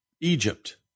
Egypt